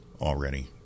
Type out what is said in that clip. already